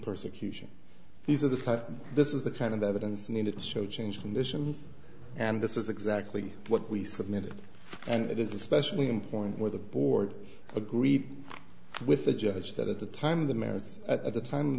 persecution these are the this is the kind of evidence needed to show change conditions and this is exactly what we submitted and it is especially important where the board agreed with the judge that at the time the merits at the time